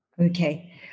Okay